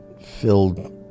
filled